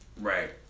Right